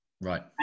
Right